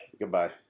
Goodbye